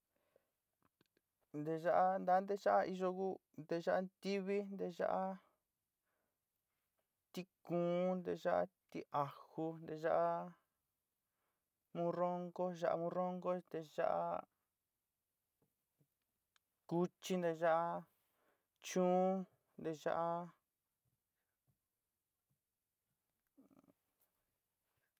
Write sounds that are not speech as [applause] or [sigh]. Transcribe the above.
Ndeya'á ndande ya'á yonguu ndeya'á nrivi ndeya'á [hesitation] tikon ndeya'á tí ajo ndeya'á morrongo ya'á morrongo ndeya'á [hesitation] cuchi ndeya'á chón ndeya'á. [hesitation]